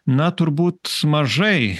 na turbūt mažai